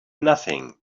nothing